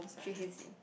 she hates it